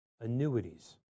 annuities